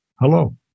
hello